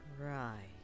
Right